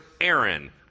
Aaron